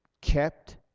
kept